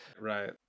right